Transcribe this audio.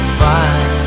fine